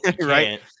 right